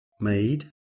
made